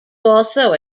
also